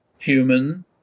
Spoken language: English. Human